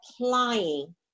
applying